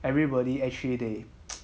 everybody actually they